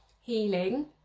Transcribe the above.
healing